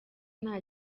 nta